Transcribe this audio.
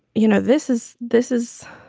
you know, this is this is